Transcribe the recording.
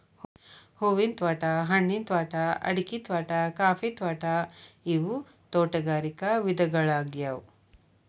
ಹೂವಿನ ತ್ವಾಟಾ, ಹಣ್ಣಿನ ತ್ವಾಟಾ, ಅಡಿಕಿ ತ್ವಾಟಾ, ಕಾಫಿ ತ್ವಾಟಾ ಇವು ತೋಟಗಾರಿಕ ವಿಧಗಳ್ಯಾಗ್ಯವು